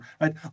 right